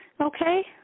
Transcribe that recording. Okay